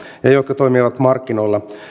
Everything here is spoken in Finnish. ja jotka toimivat markkinoilla